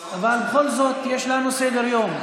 אבל בכל זאת יש לנו סדר-יום.